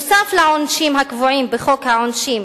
נוסף על העונשים הקבועים בחוק העונשין,